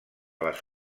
les